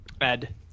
Ed